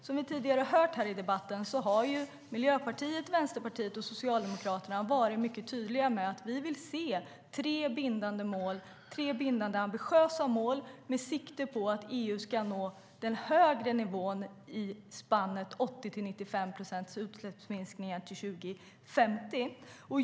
Som vi har hört tidigare i debatten har Miljöpartiet, Vänsterpartiet och Socialdemokraterna varit mycket tydliga med att vi vill se tre bindande, ambitiösa mål med sikte på att EU ska nå den högre nivån av spannet 80-95 procent utsläppsminskningar till 2050.